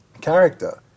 character